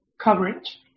coverage